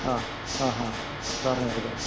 ആ ആ ഹാ സാറിനെ എത്തിക്കാം